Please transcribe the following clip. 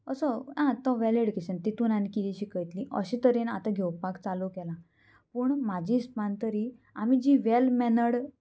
असो आं तो वेल्यू एड्युकेशन तितून आनी कितें शिकयतलीं अशें तरेन आतां घेवपाक चालू केलां पूण म्हाजे हिस्पान तरी आमी जी वेल मॅनर्ड